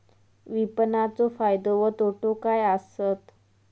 विपणाचो फायदो व तोटो काय आसत?